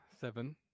Seven